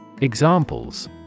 Examples